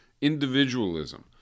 individualism